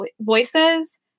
voices